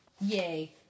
yay